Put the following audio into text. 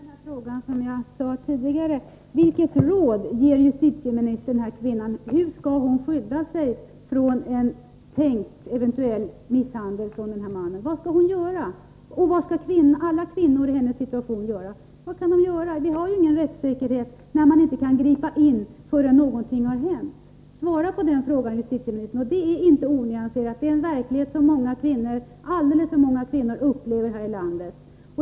Herr talman! Får jag då ställa den fråga jag tog upp tidigare: Vilket råd ger justitieministern den här kvinnan? Hur skall hon skydda sig från en eventuell misshandel av den här mannen? Vad skall hon göra? Vad skall alla kvinnor i hennes situation göra? Vi har ju ingen rättssäkerhet, när man inte kan gripa in förrän något har hänt. Svara på den frågan justitieministern! Det här är inte onyanserat. Det är en verklighet som alldeles för många kvinnor upplever här i landet.